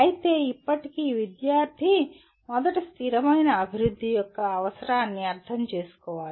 అయితే ఇప్పటికీ విద్యార్థి మొదట స్థిరమైన అభివృద్ధి యొక్క అవసరాన్ని అర్థం చేసుకోవాలి